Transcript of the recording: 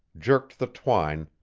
jerked the twine,